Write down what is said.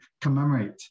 commemorate